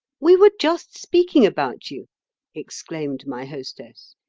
we were just speaking about you exclaimed my hostess.